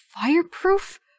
fireproof